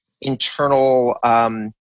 internal